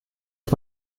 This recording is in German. ist